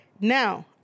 now